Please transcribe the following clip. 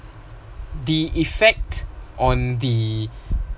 the effects on the